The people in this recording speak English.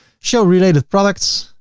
show related products,